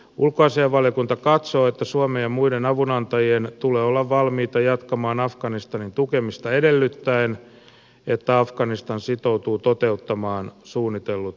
ulkoasiainvaliokunta katsoo että suomen ja muiden avunantajien tulee olla valmiita jatkamaan afganistanin tukemista edellyttäen että afganistan sitoutuu toteuttamaan suunnitellut uudistukset